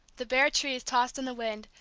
the bare trees tossed in the wind,